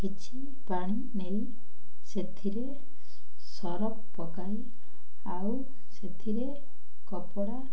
କିଛି ପାଣି ନେଇ ସେଥିରେ ସର୍ଫ୍ ପକାଇ ଆଉ ସେଥିରେ କପଡ଼ା